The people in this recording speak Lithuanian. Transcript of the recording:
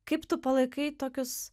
kaip tu palaikai tokius